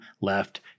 left